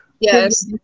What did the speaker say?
Yes